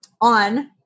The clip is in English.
on